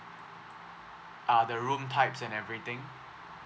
uh the room types and everything